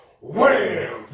wham